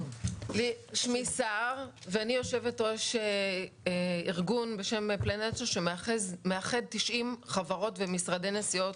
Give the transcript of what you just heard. שמי סהר ואני יו"ר ארגון בשם פלנטו שמאחד 90 חברות ומשרדי נסיעות